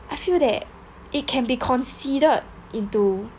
I feel that it can be considered into